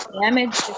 damage